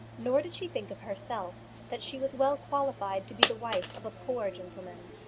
nor did she think of herself that she was well qualified to be the wife of a poor gentleman.